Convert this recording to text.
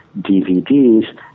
DVDs